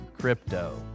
Crypto